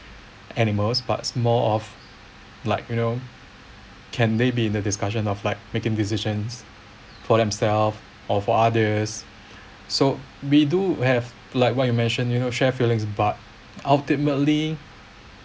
animals but more of like you know can they be in the discussion of like making decisions for themselves or for others so we do have like what you mentioned you know share feelings but ultimately